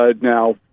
now